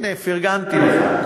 הנה פרגנתי לך.